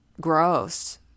gross